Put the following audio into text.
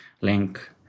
link